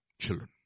children